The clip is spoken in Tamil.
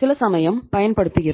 சிலசமயம் பயன்படுத்துகிறோம்